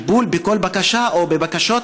הטיפול בכל בקשה או בבקשות,